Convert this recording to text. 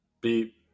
beep